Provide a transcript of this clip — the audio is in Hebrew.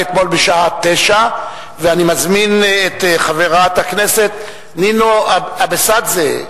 אתמול בשעה 21:00. אני מזמין את חברת הכנסת נינו אבסדזה.